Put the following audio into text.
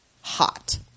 hot